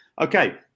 Okay